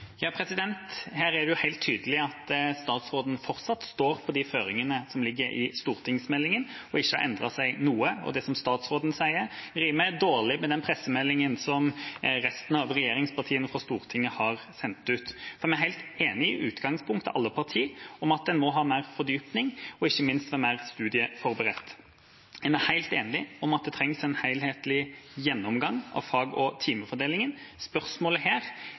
Her er det helt tydelig at statsråden fortsatt står på de føringene som ligger i stortingsmeldinga, og ikke har endret seg noe. Det som statsråden sier, rimer dårlig med den pressemeldinga som resten av regjeringspartiene på Stortinget har sendt ut. Vi er helt enige i utgangspunktet, alle partiene, om at en må ha mer fordypning og ikke minst være mer studieforberedt. En er helt enig i at det trengs en helhetlig gjennomgang av fag- og timefordelingen. Spørsmålet